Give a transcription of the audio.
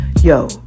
Yo